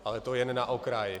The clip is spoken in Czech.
Ale to jen na okraj.